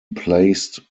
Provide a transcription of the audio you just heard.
placed